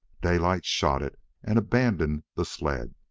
daylight shot it, and abandoned the sled.